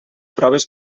proves